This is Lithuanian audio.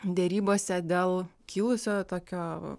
derybose dėl kilusio tokio